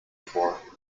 for